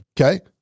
Okay